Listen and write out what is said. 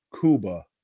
Cuba